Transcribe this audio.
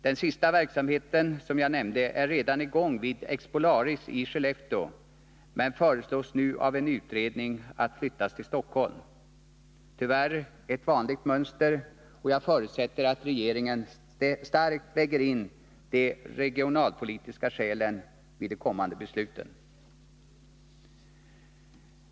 Den sistnämnda verksamheten är redan i gång vid Expolaris i Skellefteå men föreslås nu av en utredning flyttad till Stockholm — tyvärr ett vanligt mönster. Jag förutsätter att regeringen låter de regionalpolitiska skälen väga tungt vid de kommande besluten.